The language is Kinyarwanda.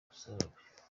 musabe